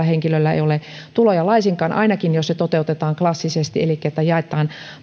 henkilöllä ei ole tuloja laisinkaan ainakin jos se toteutetaan klassisesti elikkä niin että jaetaan